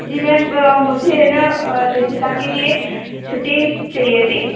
जी ma'am मुझे है ना रिद्धिका के लिए छुट्टी चाहिए थी